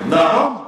נכון,